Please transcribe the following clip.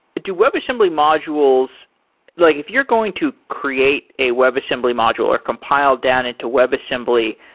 do webassembly modules like if you're going to create a webassembly module or compile down into webassembly,